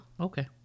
Okay